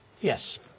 Yes